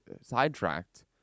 sidetracked